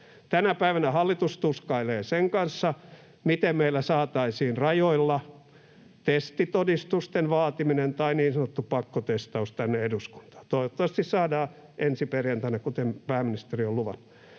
Tänä päivänä hallitus tuskailee sen kanssa, miten meillä saataisiin rajoilla testitodistusten vaatiminen tai niin sanottu pakkotestaus tänne eduskuntaan. Toivottavasti saadaan ensi perjantaina, kuten pääministeri on luvannut.